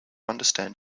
understand